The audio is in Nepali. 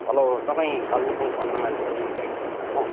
हेलो तपाईँ कालिम्पोङ पन्ध्र माइलको टुरिस्ट गाइड बोल्नुभएको